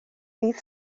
ddydd